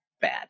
bad